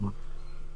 8,000 בפני הקבינט.